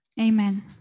Amen